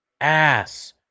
ass